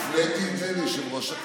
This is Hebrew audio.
הפניתי את זה ליושב-ראש.